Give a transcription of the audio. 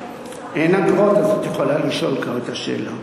אין אגרות, אז את יכולה לשאול כבר את השאלה.